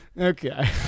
okay